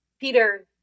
Peter